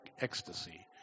ecstasy